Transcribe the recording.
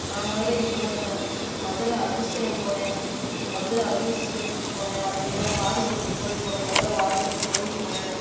நான் மதுரைக்கு போனேங்க மதுரை அதிசயம் போனேன் மதுரை அதிசயத்துக்குப் போனேன் அதுக்கப்புறம் வாடிப்பட்டி கோயில் போனேன் மதுரை வாடிப்பட்டி கோயிலுக்கு போனேன்